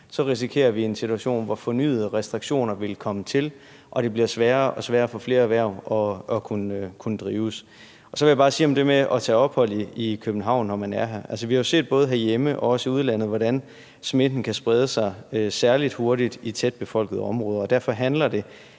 risikerer vi en situation, hvor fornyede restriktioner vil komme til, og det bliver sværere og sværere for flere erhverv at kunne drives. Så vil jeg bare sige om det med at tage ophold i København, når man er her: Altså, vi har jo set både herhjemme og også i udlandet, hvordan smitten kan sprede sig særlig hurtigt i tætbefolkede områder, og derfor handler det